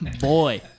Boy